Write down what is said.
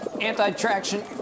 Anti-traction